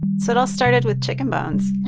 so but all started with chicken bones